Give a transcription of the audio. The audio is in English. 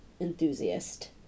enthusiast